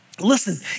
Listen